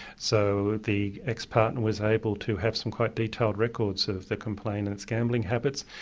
so, the ex-partner was able to have some quite detailed records of the complainant's gambling habits,